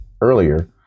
earlier